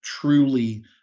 truly